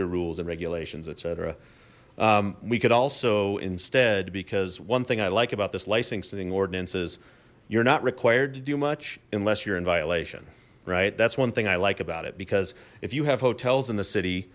your rules and regulations etc we could also instead because one thing i like about this licensing ordinance is you're not required to do much unless you're in violation right that's one thing i like about it because if you have hotels in the city